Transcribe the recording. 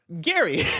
gary